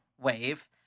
Wave